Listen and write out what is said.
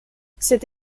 cette